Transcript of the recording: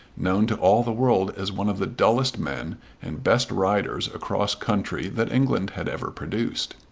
known to all the world as one of the dullest men and best riders across country that england had ever produced.